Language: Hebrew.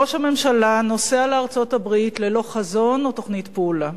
ראש הממשלה נוסע לארצות-הברית ללא חזון או תוכנית פעולה.